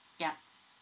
yup